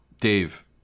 Dave